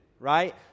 right